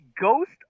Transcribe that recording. ghost